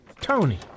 Tony